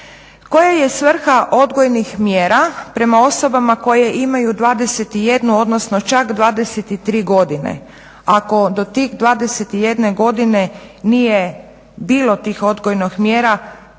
Koja je svrha odgojnih mjera prema osobama koje imaju 21, odnosno čak 23 godine ako do tih 21 godine nije bilo tih odgojnih mjera